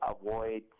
avoid